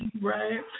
Right